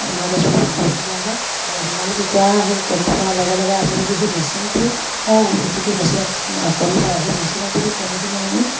ন দহমাহ পুহিবলগীয়া হয় আৰু সোণালী কুকুৰা সেই কণী পৰাৰ লগে লগে আমি যদি সেই মেচিনটো হওক যিটো মেচিনত কণী পাৰে সেই মেচিনত যদি কণীখিনি আমি